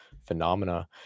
phenomena